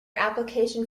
application